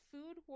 Food